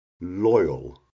Loyal